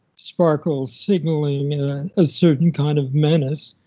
sparkles signaling a certain kind of menace,